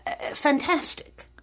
fantastic